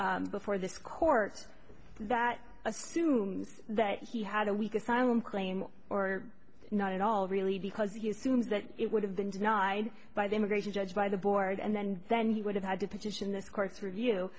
that before this court that assumes that he had a weak asylum claim or not at all really because he seems that it would have been denied by the immigration judge by the board and then he would have had to petition this course review